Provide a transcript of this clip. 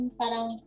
parang